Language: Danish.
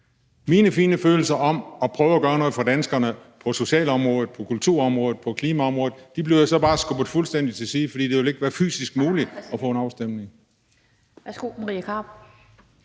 Mine fine følelser for at prøve at gøre noget for danskerne på socialområdet, på kulturområdet, på klimaområdet bliver så bare skubbet fuldstændig til side, for det vil ikke være fysisk muligt at få en afstemning.